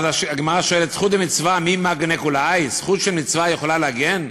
והגמרא שואלת: "כות דמצווה מי מגנא כולי האי" זכות של מצווה יכולה להגן?